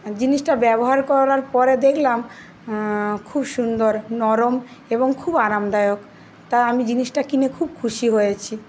জিনিসটা ব্যবহার করার পরে দেখলাম খুব সুন্দর নরম এবং খুব আরামদায়ক তা আমি জিনিসটা কিনে খুব খুশি হয়েছি